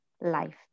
life